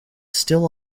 still